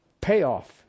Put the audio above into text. payoff